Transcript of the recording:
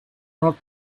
not